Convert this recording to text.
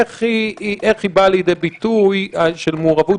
איך היא באה לידי ביטוי של מעורבות